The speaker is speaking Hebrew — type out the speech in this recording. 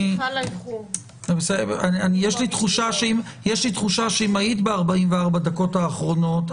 יש לי תחושה שאם היית ב-44 הדקות האחרונות,